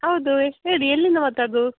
ಹೌದು ಎಲ್ಲಿಂದ ಮಾತಾಡುದು